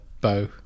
bow